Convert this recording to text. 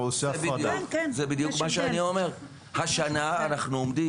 השנה אנחנו עומדים,